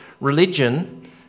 religion